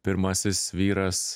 pirmasis vyras